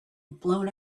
blown